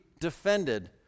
defended